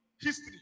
History